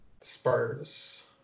Spurs